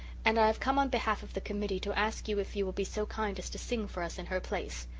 and i have come on behalf of the committee to ask you if you will be so kind as to sing for us in her place.